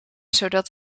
zodat